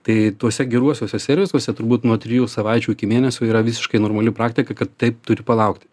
tai tuose geruosiuose servisuose turbūt nuo trijų savaičių iki mėnesio yra visiškai normali praktika kad taip turi palaukti